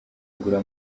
agura